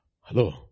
Hello